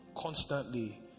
constantly